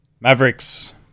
Mavericks